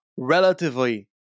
relatively